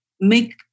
make